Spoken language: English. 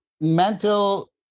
mental